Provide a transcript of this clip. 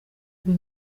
kuba